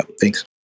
Thanks